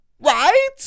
Right